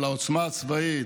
על העוצמה הצבאית,